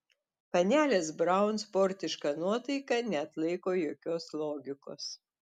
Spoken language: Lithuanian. panelės braun sportiška nuotaika neatlaiko jokios logikos